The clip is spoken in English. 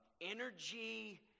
energy